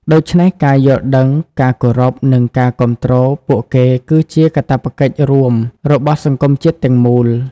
ដូច្នេះ ការយល់ដឹង ការគោរព និងការគាំទ្រ ពួកគេ គឺជា កាតព្វកិច្ចរួមរបស់សង្គមជាតិទាំងមូល។